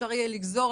אפשר יהיה לגזור,